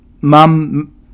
mum